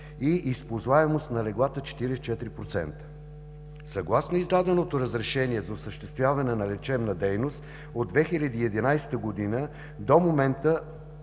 и използваемост на леглата 44%. Съгласно издаденото разрешение за осъществяване на лечебна дейност от 2011 г. до момента